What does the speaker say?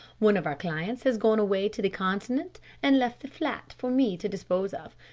one of our clients has gone away to the continent and left the flat for me to dispose of.